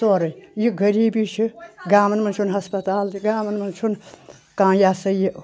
تُورَے یہِ غریٖبی چھِ گامَن منٛز چھُنہٕ ہَسپَتال تہِ گامَن منٛز چھُنہٕ کانٛہہ یہِ ہسا یہِ